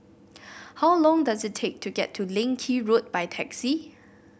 how long does it take to get to Leng Kee Road by taxi